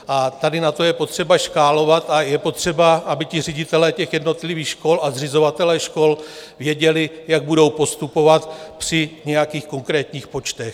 A tady na to je potřeba škálovat a je potřeba, aby ředitelé jednotlivých škol a zřizovatelé škol věděli, jak budou postupovat při nějakých konkrétních počtech.